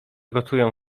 gotują